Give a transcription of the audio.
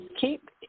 keep